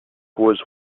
was